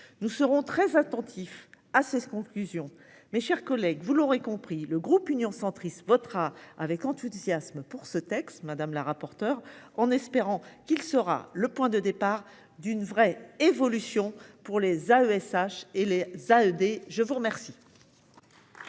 Nous serons très attentifs à ces ce conclusion mes chers collègues, vous l'aurez compris, le groupe Union centriste votera avec enthousiasme pour ce texte, madame la rapporteure en espérant qu'il sera le point de départ d'une vraie évolution pour les AESH et les Alder je vous remercie.